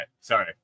Sorry